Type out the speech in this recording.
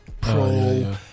pro